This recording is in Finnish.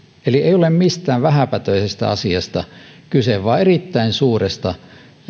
eli ei ole mistään vähäpätöisestä asiasta kyse vaan erittäin suuresta